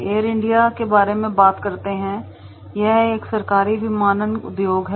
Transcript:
air India के बारे में बात करते हैं यह एक सरकारी विमानन उद्योग है